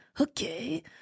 okay